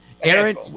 Aaron